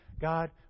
God